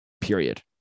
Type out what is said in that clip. period